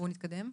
בואו נתקדם.